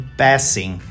passing